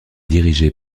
dirigée